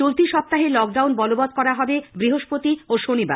চলতি সপ্তাহে লকডাউন বলবৎ করা হবে বৃহস্পতি ও শনিবার